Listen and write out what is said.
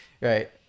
right